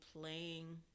playing